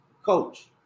coach